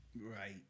Right